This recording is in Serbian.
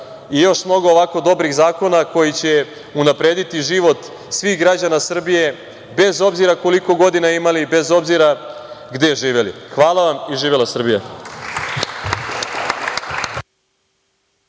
i još mnogo ovako dobrih zakona koji će unaprediti život svih građana Srbije, bez obzira koliko godina imali i bez obzira gde živeli. Hvala vam i živela Srbija!